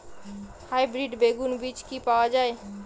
Hybrid বেগুন বীজ কি পাওয়া য়ায়?